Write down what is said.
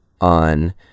on